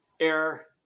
Air